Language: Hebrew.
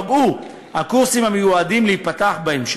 ייפגעו הקורסים המיועדים להיפתח בהמשך.